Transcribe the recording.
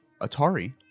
Atari